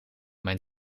mijn